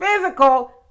physical